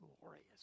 glorious